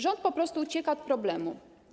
Rząd po prostu ucieka od problemu.